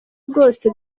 rwose